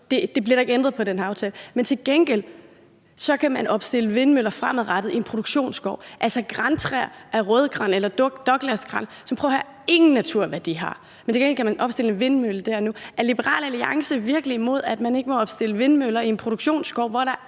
til i den her aftale. Men til gengæld kan man fremadrettet opstille vindmøller i en produktionsskov, altså grantræer som f.eks. rødgran eller douglasgran, som ingen naturværdi har, men til gengæld kan man opstille vindmøller der nu. Er Liberal Alliance virkelig imod, at man må opstille vindmøller en produktionsskov,